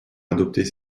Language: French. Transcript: adopter